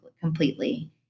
completely